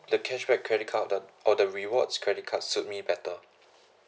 the cashback credit card the or the rewards credit cards suit me better